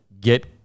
get